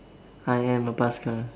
I am a paskal